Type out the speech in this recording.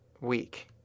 week